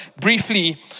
briefly